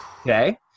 Okay